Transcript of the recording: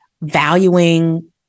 Valuing